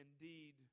indeed